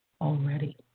already